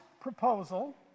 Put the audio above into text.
proposal